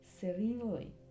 serenely